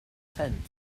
tent